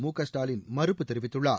மு க ஸ்டாலின் மறுப்பு தெரிவித்துள்ளார்